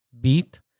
beat